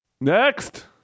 Next